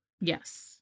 Yes